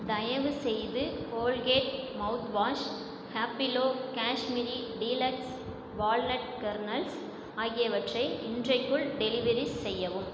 தயவு செய்து Colgate mouth wash Happilo Kashmiri deluxe walnut kernels ஆகியவற்றை இன்றைக்குள் டெலிவெரி செய்யவும்